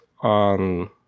on